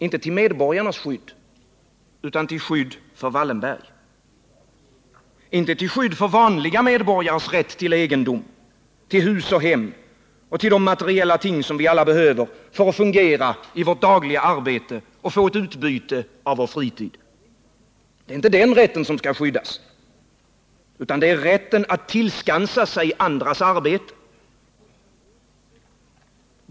Inte till medborgarnas skydd, utan till skydd för Wallenberg. Inte till skydd för vanliga medborgares rätt till egendom, till hus och hem, till de materiella ting vi alla behöver för att fungera i vårt dagliga arbete och få ett utbyte av vår fritid. Det är inte den rätten som skall skyddas, utan det är rätten att tillskansa sig andras arbete.